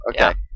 okay